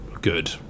good